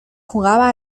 jugaba